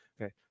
Okay